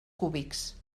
cúbics